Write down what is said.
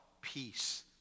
Peace